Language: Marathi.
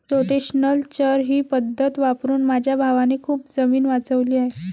रोटेशनल चर ही पद्धत वापरून माझ्या भावाने खूप जमीन वाचवली आहे